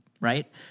right